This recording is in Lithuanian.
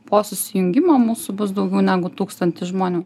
po susijungimo mūsų bus daugiau negu tūkstantis žmonių